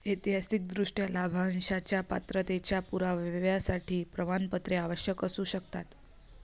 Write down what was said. ऐतिहासिकदृष्ट्या, लाभांशाच्या पात्रतेच्या पुराव्यासाठी प्रमाणपत्रे आवश्यक असू शकतात